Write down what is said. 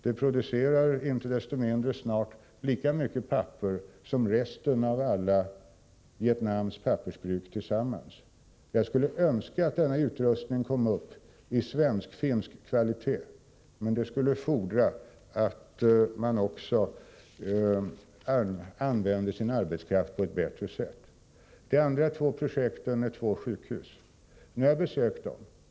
Det producerar inte desto mindre snart lika mycket papper som alla Vietnams övriga pappersbruk tillsammans. Jag skulle önska att dess utrustning kom upp i svensk-finsk kvalitet, men det skulle fordra att man också använde sin arbetskraft på ett bättre sätt. De andra två projekten är två sjukhus. Nu har jag besökt dem.